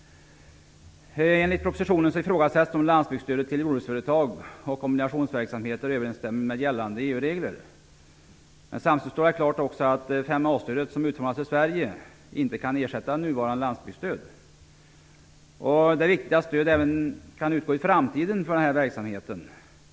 Enligt propositionen ifrågasätts om landsbygdsstödet till jordbruksföretag och kombinationsverksamheter överensstämmer med gällande EU-regler. Samtidigt står det klart att 5a-stödet inte kan ersätta nuvarande landsbygdsstöd, som detta utformats i Sverige. Det är viktigt att stöd kan utgå även i framtiden för den här verksamheten.